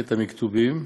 קטע מכתובים,